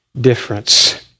difference